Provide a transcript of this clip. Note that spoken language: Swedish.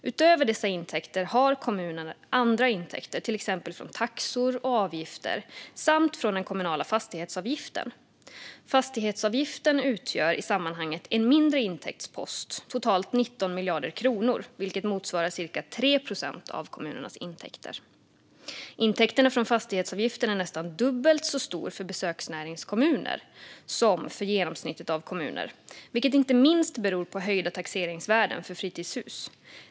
Utöver dessa intäkter har kommuner andra intäkter, till exempel från taxor och avgifter samt från den kommunala fastighetsavgiften. Fastighetsavgiften utgör i sammanhanget en mindre intäktspost, totalt 19 miljarder kronor vilket motsvarar cirka 3 procent av kommunernas intäkter. Intäkterna från fastighetsavgiften är nästan dubbelt så stora för besöksnäringskommuner som för genomsnittet av kommuner, vilket inte minst beror på höjda taxeringsvärden för fritidshus.